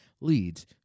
leads